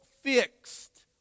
fixed